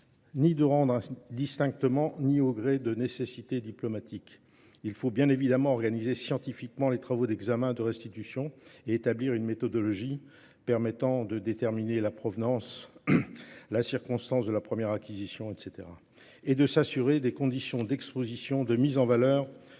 ni de rendre distinctement ni au gré de nécessité diplomatique. Il faut bien évidemment organiser scientifiquement les travaux d'examen de restitution et établir une méthodologie permettant de déterminer la provenance, la circonstance de la première acquisition, etc. et de s'assurer des conditions d'exposition, de mise en valeur, de conservation